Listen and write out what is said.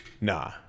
nah